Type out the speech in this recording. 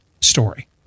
story